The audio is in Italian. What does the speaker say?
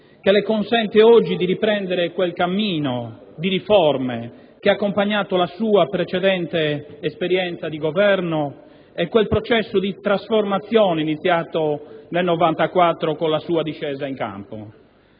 che le consente oggi di riprendere quel cammino di riforme che ha accompagnato la sua precedente esperienza di Governo e quel processo di trasformazione iniziato nel 1994 con la sua discesa in campo.